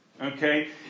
okay